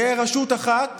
תהיה רשות אחת